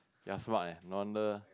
you're smart eh no wonder